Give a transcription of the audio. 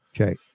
okay